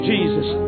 Jesus